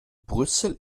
brüssel